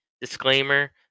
disclaimer